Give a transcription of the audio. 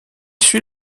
suit